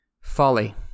folly